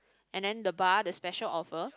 and then the bar the special offer